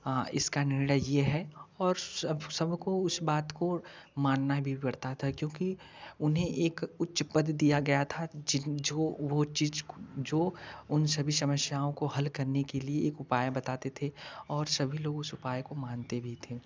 हाँ इसका निर्णय ये है और सबको उस बात को मानना भी पड़ता था क्योंकि उन्हें एक उच्च पद दिया गया था जो उन सभी समस्याओं को हल करने के लिए एक उपाय बताते थे और सभी लोग उस उपाय को मानते भी थे